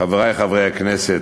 חברי חברי הכנסת,